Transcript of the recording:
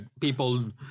people